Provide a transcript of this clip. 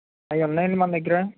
అవి ఉన్నాయా అండి మన దగ్గర